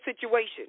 situation